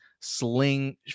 Sling